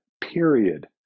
period